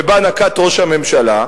ואותה נקט ראש הממשלה,